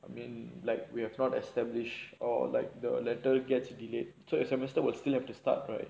I mean like we have not establish or like the letter gets delayed so that semester will still have to start right